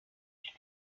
ich